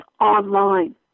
Online